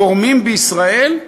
גורמים בישראל?